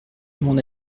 mon